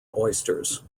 oysters